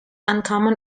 uncommon